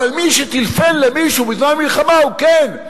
אבל מי שטלפן למישהו בזמן מלחמה, הוא כן.